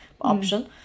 option